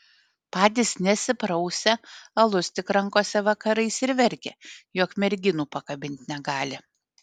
patys nesiprausia alus tik rankose vakarais ir verkia jog merginų pakabint negali